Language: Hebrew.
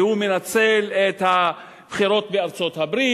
והוא מנצל את הבחירות בארצות-הברית,